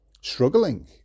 struggling